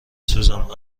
سوزم